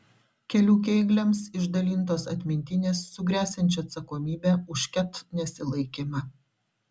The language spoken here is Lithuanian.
kelių kėgliams išdalintos atmintinės su gresiančia atsakomybe už ket nesilaikymą